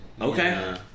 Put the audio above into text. okay